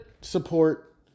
support